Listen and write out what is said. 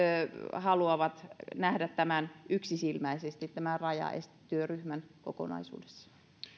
haluavat nähdä yksisilmäisesti tämän rajaestetyöryhmän kokonaisuudessaan